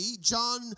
John